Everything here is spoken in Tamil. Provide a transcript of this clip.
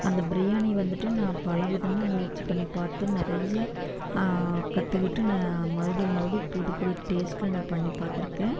அந்த பிரியாணி வந்துட்டு நான் பல விதமாக முயற்சி பண்ணி பார்த்து நிறைய கற்றுக்கிட்டு நான் மறுபடியும் மறுபடியும் புது புது டேஸ்ட்டில் நான் பண்ணி பார்த்துருக்கேன்